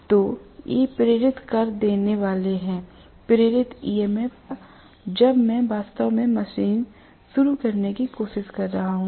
तो ये प्रेरित कर देने वाले हैंप्रेरित EMF प्रेरित धारा जब मैं वास्तव में मशीन शुरू करने की कोशिश कर रहा हूँ